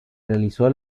realizó